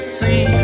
see